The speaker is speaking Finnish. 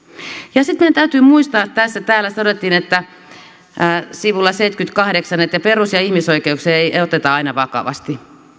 sitten meidän täytyy muistaa että täällä todettiin sivulla seitsemänkymmentäkahdeksan että perus ja ihmisoikeuksia ei oteta aina vakavasti